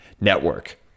Network